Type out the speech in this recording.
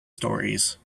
stories